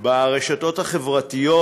ברשתות החברתיות.